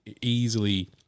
easily